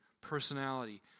personality